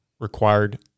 required